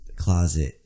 closet